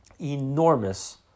enormous